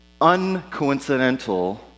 uncoincidental